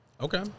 Okay